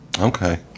okay